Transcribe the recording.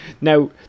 Now